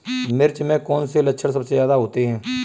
मिर्च में कौन से लक्षण सबसे ज्यादा होते हैं?